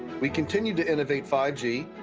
we continued to innovate five g,